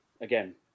Again